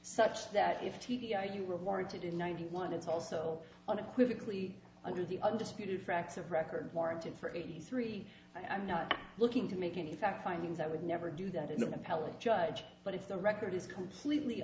such that if t d i you were warranted in ninety one it's also want to quickly under the undisputed facts of record warranted for eighty three i'm not looking to make any fact findings i would never do that in an appellate judge but if the record is completely